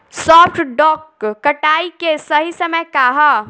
सॉफ्ट डॉ कटाई के सही समय का ह?